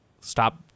stop